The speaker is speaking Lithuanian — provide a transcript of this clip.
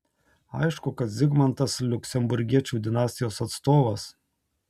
aišku kad zigmantas liuksemburgiečių dinastijos atstovas